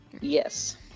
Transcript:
yes